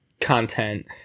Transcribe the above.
content